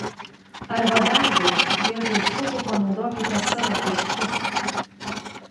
arba dar geriau vietoj šukų panaudokite savo pirštus